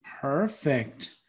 Perfect